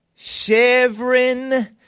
Chevron